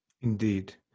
Indeed